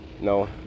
no